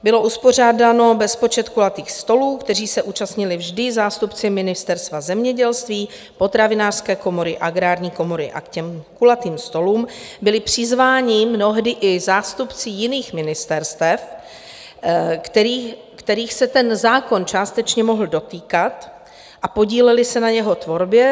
Bylo uspořádán bezpočet kulatých stolů, kterých se účastnili vždy zástupci Ministerstva zemědělství, Potravinářské komory, Agrární komory, a k těm kulatým stolům byli přizváni mnohdy i zástupci jiných ministerstev, kterých se ten zákon částečně mohl dotýkat, a podíleli se na jeho tvorbě.